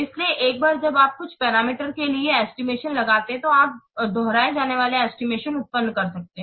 इसलिए एक बार जब आप कुछ पैरामीटर के लिए एस्टिमेशन लगाते हैं तो आप दोहराए जाने वाले एस्टिमेशन उत्पन्न कर सकते हैं